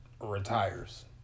retires